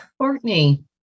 Courtney